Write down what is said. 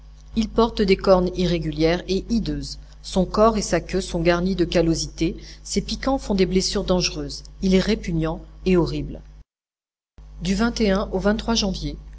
il porte des cornes irrégulières et hideuses son corps et sa queue sont garnis de callosités ses piquants font des blessures dangereuses il est répugnant et horrible du au janvier